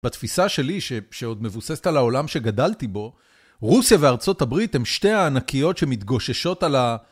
בתפיסה שלי, שעוד מבוססת על העולם שגדלתי בו, רוסיה וארה״ב הם שתי הענקיות שמתגוששות על ה...